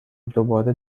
دوبار